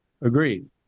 Agreed